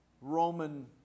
Roman